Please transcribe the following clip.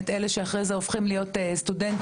אלה שאחרי זה הופכים להיות סטודנטים,